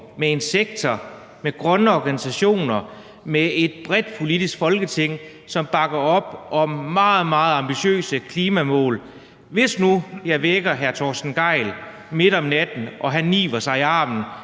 med en sektor, med grønne organisationer, med et bredt Folketing, der politisk bakker op om meget, meget ambitiøse klimamål. Hvis nu jeg vækker hr. Torsten Gejl midt om natten og han niver sig i armen,